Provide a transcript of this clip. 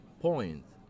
point